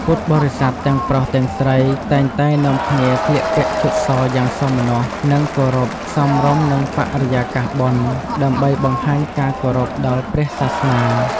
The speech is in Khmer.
ពុទ្ធបរិស័ទទាំងប្រុសទាំងស្រី តែងតែនាំគ្នាស្លៀកពាក់ឈុតសយ៉ាងសោមនស្ស និងគោរព សមរម្យនឹងបរិយាកាសបុណ្យ ដើម្បីបង្ហាញការគោរពដល់ព្រះសាសនា។